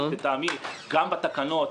ולטעמי גם בתקנות,